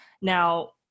Now